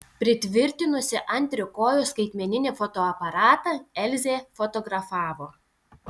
pritvirtinusi ant trikojo skaitmeninį fotoaparatą elzė fotografavo